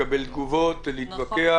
לקבל תגובות ולהתווכח.